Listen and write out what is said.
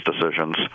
decisions